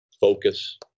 focus